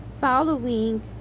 following